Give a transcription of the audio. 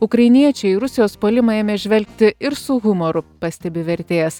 ukrainiečiai į rusijos puolimą ėmė žvelgti ir su humoru pastebi vertėjas